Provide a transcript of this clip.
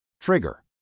Trigger